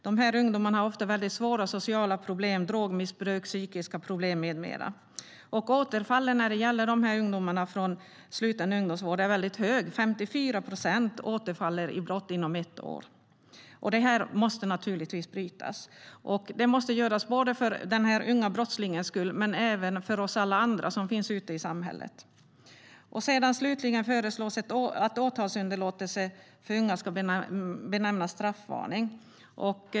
Dessa ungdomar har ofta väldigt svåra sociala problem, drogmissbruk, psykiska problem med mera. Återfallsfrekvensen för ungdomarna från sluten ungdomsvård är väldigt hög. Det är 54 procent som återfaller i brott inom ett år. Det måste naturligtvis brytas. Det måste göras för den unge brottslingens skull men även för oss alla andra som finns ute i samhället. Slutligen föreslås att åtalsunderlåtelse för unga ska benämnas straffvarning.